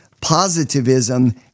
positivism